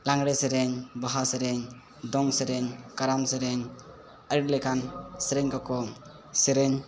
ᱞᱟᱜᱽᱲᱮ ᱥᱮᱨᱮᱧ ᱵᱟᱦᱟ ᱥᱮᱨᱮᱧ ᱫᱚᱝᱥᱮᱨᱮᱧ ᱠᱟᱨᱟᱢ ᱥᱮᱨᱮᱧ ᱟᱹᱰᱤᱞᱮᱠᱟᱱ ᱥᱮᱨᱮᱧ ᱠᱚᱠᱚ ᱥᱮᱨᱮᱧ